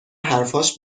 حرفاش